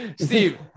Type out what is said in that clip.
Steve